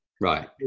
Right